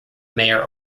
mayor